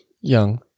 Young